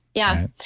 yeah.